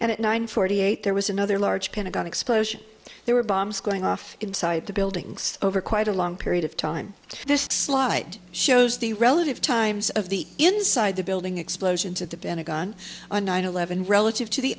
at nine forty eight there was another large pentagon explosion there were bombs going off inside the buildings over quite a long period of time this slide shows the relative times of the inside the building explosions at the pentagon on nine eleven relative to the